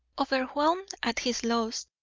overwhelmed at his loss,